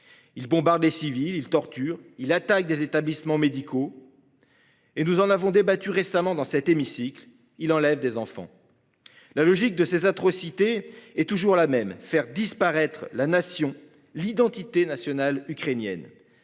Ils bombardent des civils torture il attaque des établissements médicaux. Et nous en avons débattu récemment dans cet hémicycle il enlève des enfants. La logique de ces atrocités et toujours la même, faire disparaître la nation l'identité nationale ukrainienne,